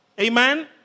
Amen